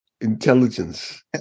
intelligence